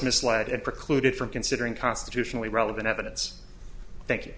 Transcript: misled and precluded from considering constitutionally relevant evidence thank